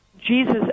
Jesus